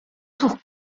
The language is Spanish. sus